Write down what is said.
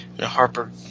Harper